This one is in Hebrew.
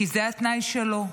כי זה התנאי שלו.